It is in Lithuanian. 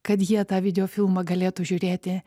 kad jie tą video filmą galėtų žiūrėti